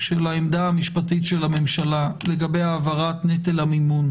של העמדה המשפטית של הממשלה לגבי העברת נטל המימון